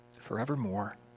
forevermore